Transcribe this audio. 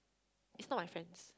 it's not my friends